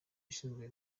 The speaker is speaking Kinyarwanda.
ushinzwe